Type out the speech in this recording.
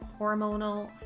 hormonal